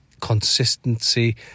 Consistency